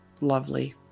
lovely